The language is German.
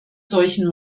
solchen